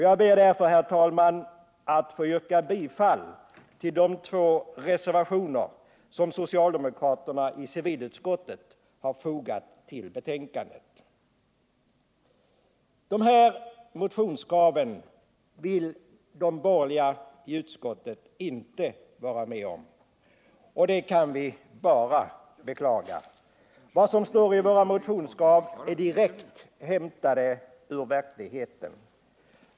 Jag ber därför, herr talman, att få yrka bifall till de två reservationer som socialdemokraterna i civilutskottet har fogat till betänkandet. De här motionskraven vill de borgerliga i utskottet inte vara med om, och det kan vi bara beklaga. Vad som står i våra motionskrav är direkt hämtat ur verkligheten.